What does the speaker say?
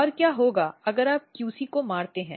और क्या होगा अगर आप QC को मारते हैं